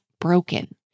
broken